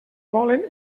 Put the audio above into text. volen